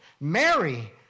Mary